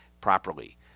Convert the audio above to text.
properly